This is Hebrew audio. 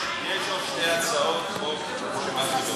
יש עוד שתי הצעות חוק שמרחיבות.